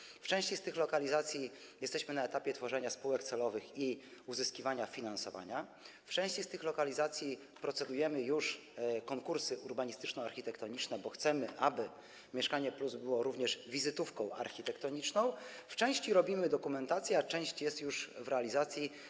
W przypadku części tych lokalizacji jesteśmy na etapie tworzenia spółek celowych i uzyskiwania finansowania, w przypadku części z tych lokalizacji trwają już konkursy urbanistyczno-architektoniczne, bo chcemy, aby program „Mieszkanie+” był również wizytówką architektoniczną, w przypadku części robimy dokumentację, a część jest już w realizacji.